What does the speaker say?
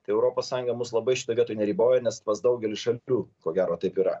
tai europos sąjunga mus labai šitoj vietoj neriboja nes pas daugelį šalių ko gero taip yra